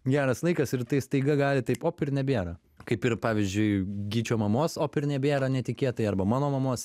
geras laikas ir tai staiga gali taip op ir nebėra kaip ir pavyzdžiui gyčio mamos op ir nebėra netikėtai arba mano mamos